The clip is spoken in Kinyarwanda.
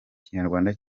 kinyarwanda